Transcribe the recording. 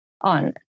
on